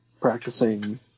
practicing